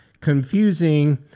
confusing